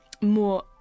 more